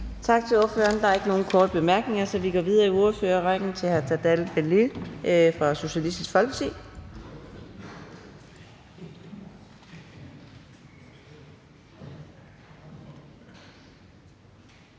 Tak til ordføreren. Der er ikke flere korte bemærkninger, så vi går videre i ordførerrækken til hr. Rasmus Jarlov, Det Konservative Folkeparti.